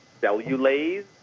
cellulase